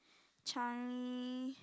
Changi